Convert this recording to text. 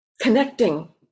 connecting